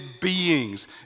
beings